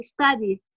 studies